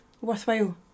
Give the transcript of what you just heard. worthwhile